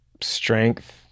strength